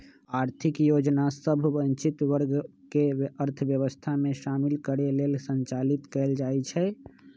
आर्थिक योजना सभ वंचित वर्ग के अर्थव्यवस्था में शामिल करे लेल संचालित कएल जाइ छइ